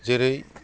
जेरै